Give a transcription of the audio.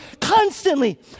constantly